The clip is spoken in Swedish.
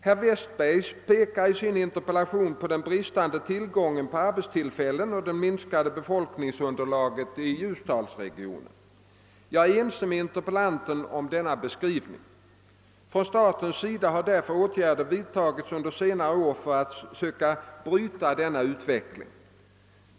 Herr Westberg pekar i sin interpellation på den bristande tillgången på arbetstillfällen och det minskade befolkningsunderlaget i Ljusdalsregionen. Jag är ense med interpellanten om denna beskrivning. Från statens sida har därför åtgärder vidtagits under senare år för att söka bryta denna utveckling.